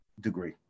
degree